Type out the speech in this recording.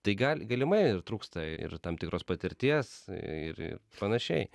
tai gal galimai ir trūksta ir tam tikros patirties ir ir panašiai